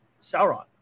Sauron